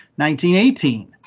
1918